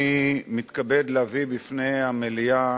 אני מתכבד להביא בפני המליאה